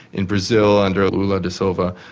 in brazil under lula da silva,